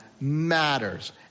matters